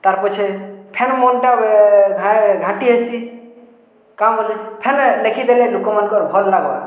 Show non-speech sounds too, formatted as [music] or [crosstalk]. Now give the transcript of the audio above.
ତାର୍ ପଛେ ଫେଣ ମନ ଟା ଘାଟିହେସି କାଣ ବୋଲେ ଫେଣେ ଲେଖିଦେଲେ ଲୁକମାନଙ୍କର ଭଲ୍ [unintelligible] ହବ